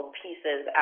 pieces